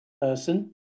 person